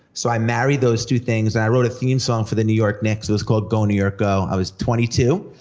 so i married those two things and i wrote a theme song for the new york knicks, it was called go, new york, go, i was twenty two,